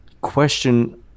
question